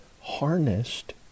harnessed